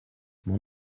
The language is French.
mon